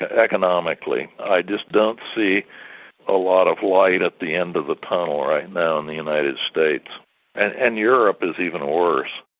ah economically. i just don't see a lot of light at the end of the tunnel right now in the united states-and and and europe is even worse.